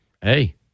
hey